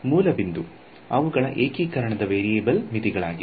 ಮೂಲ ಬಿಂದು ಅವುಗಳು ಏಕೀಕರಣದ ವೇರಿಯಬಲ್ ಮಿತಿಗಳಾಗಿವೆ